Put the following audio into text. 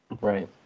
right